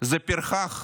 זה פרחח